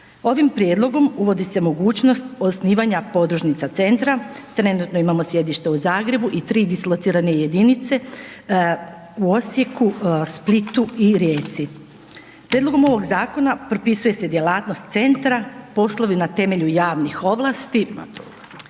Ovim prijedlogom uvodi se mogućnost osnivanja podružnica centra, trenutno imamo sjedište u Zagrebu i tri dislocirane jedinice u Osijeku, Splitu i Rijeci. Prijedlogom ovog zakona propisuje se djelatnost centra, poslovi na temelju javnih ovlasti